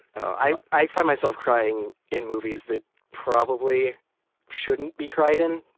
i i find myself crying in movies that probably shouldn't be cried in,